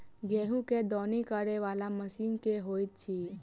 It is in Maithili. गेंहूँ केँ दौनी करै वला मशीन केँ होइत अछि?